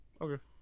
Okay